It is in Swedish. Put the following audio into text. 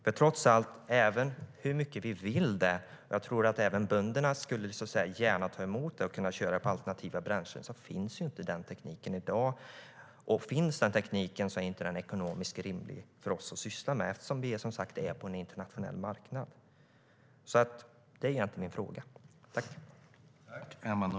Det är egentligen min fråga.